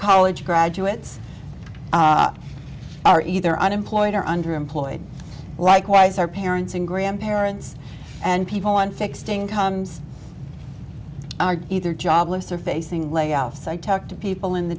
college graduates are either unemployed or underemployed likewise our parents and grandparents and people on fixed incomes are either jobless or facing layoffs i talk to people in the